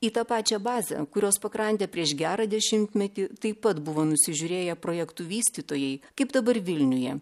į tą pačią bazę kurios pakrantę prieš gerą dešimtmetį taip pat buvo nusižiūrėję projektų vystytojai kaip dabar vilniuje